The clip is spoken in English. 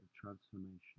transformation